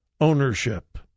ownership